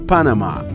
Panama